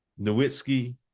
Nowitzki